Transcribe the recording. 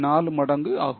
4 மடங்கு ஆகும்